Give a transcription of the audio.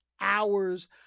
hours